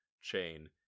chain